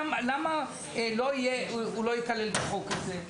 למה הוא לא ייכלל בחוק הזה?